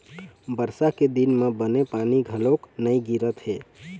बरसा के दिन म बने पानी घलोक नइ गिरत हे